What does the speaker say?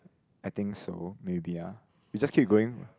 I think so maybe ah you just keep going